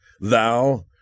thou